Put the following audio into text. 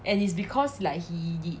and it's because like he did